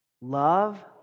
love